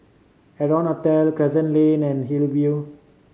Arton Hotel Crescent Lane and Hillview